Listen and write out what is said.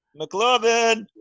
McLovin